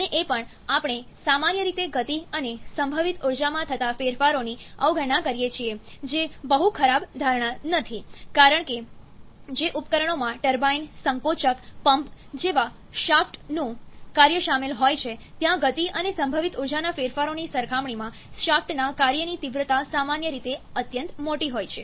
અને એ પણ આપણે સામાન્ય રીતે ગતિ અને સંભવિત ઊર્જામાં થતા ફેરફારોની અવગણના કરીએ છીએ જે બહુ ખરાબ ધારણા નથી કારણ કે જે ઉપકરણોમાં ટર્બાઇન સંકોચક પંપ જેવા શાફ્ટનું કાર્ય સામેલ હોય છે ત્યાં ગતિ અને સંભવિત ઊર્જાના ફેરફારોની સરખામણીમાં શાફ્ટના કાર્યની તીવ્રતા સામાન્ય રીતે અત્યંત મોટી હોય છે